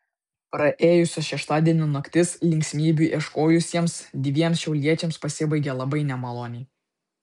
praėjusio šeštadienio naktis linksmybių ieškojusiems dviem šiauliečiams pasibaigė labai nemaloniai